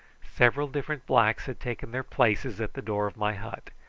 several different blacks had taken their places at the door of my hut,